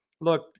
Look